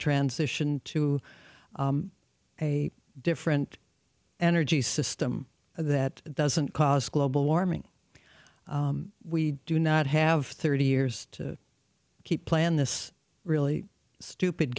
transition to a different energy system that doesn't cause global warming we do not have thirty years to keep plan this really stupid